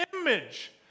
image